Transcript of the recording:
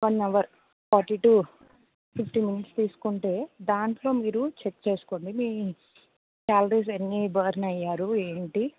one hour forty to fifty minutes తీసుకుంటే దాంట్లో మీరు చెక్ చేసుకోండి మీ క్యాలరీస్ ఎన్ని బర్న్ అయ్యారు ఏంటి